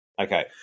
Okay